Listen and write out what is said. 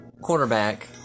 quarterback